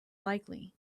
likely